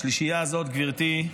השלישייה הזאת, גברתי,